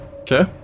Okay